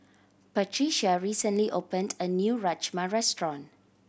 Patricia recently opened a new Rajma Restaurant